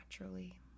naturally